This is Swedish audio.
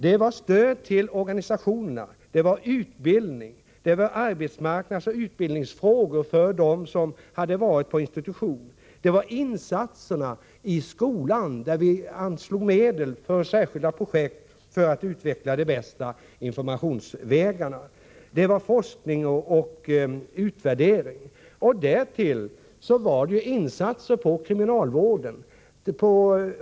Där fanns stöd till organisationerna, utbildning, arbetsmarknadsoch utbildningsfrågor för dem som hade varit på institution. Där fanns insatserna i skolan. Vi anslog medel för särskilda projekt för att utveckla de bästa informationsvägarna. Där fanns forskning och utvärdering. Där fanns också insatser inom kriminalvården.